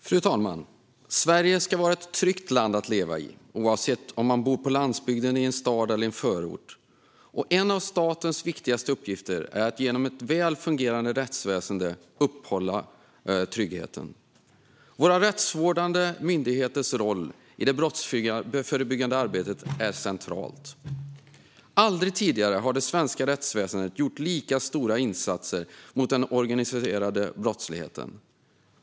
Fru talman! Sverige ska vara ett tryggt land att leva i, oavsett om man bor på landsbygden, i en stad eller i en förort. En av statens viktigaste uppgifter är att genom ett väl fungerande rättsväsen upprätthålla tryggheten. Våra rättsvårdande myndigheters roll i det brottsförebyggande arbetet är central. Aldrig tidigare har det svenska rättsväsendet gjort lika stora insatser mot den organiserade brottsligheten.